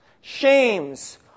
shames